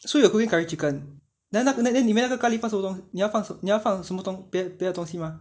so you're going curry chicken then 那个你们那个 curry 你们要放什么东你要放什么东别别的东西吗